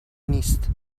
نیست